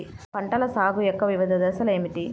పంటల సాగు యొక్క వివిధ దశలు ఏమిటి?